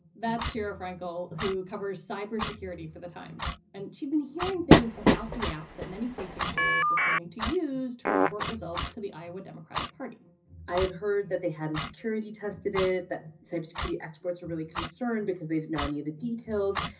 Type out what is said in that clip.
that's sheera frenkel, who covers cybersecurity for the times, and she's been hearing things about the app that many precinct chairs were planning to use to report results to the iowa democratic party i had heard that they had and security tested it. that tape's pretty. experts are really concerned because they don't know any of the details.